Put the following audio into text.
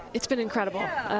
it's been incredible.